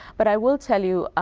but i will tell you,